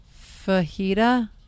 fajita